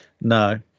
no